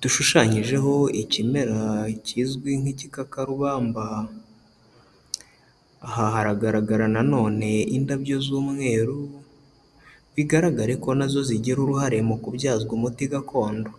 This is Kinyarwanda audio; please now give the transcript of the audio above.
dushushanyijeho ikimera kizwi nk'igikakarubamba, aha hagaragara nanone indabyo z'umweru bigaragare ko na zo zigira uruhare mu kubyazwa umuti gakondo.